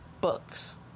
books